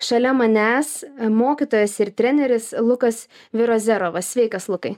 šalia manęs mokytojas ir treneris lukas virozerovas sveikas lukai